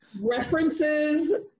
References